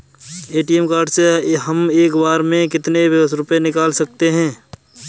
ATM card से हम एक बार में कितने रुपये निकाल सकते हैं?